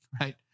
right